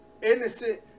innocent